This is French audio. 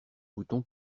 bouton